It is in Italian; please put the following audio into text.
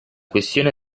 questione